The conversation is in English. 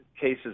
cases